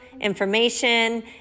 information